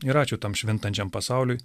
ir ačiū tam švintančiam pasauliui